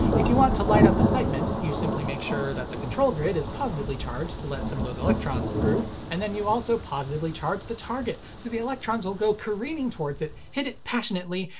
if you want to light up a segment, you simply make sure that the control grid is positively charged to let some of those electrons through, and then you also positively charge the target so the electrons will go careening towards it, hit it passionately,